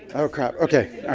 oh, crap. okay.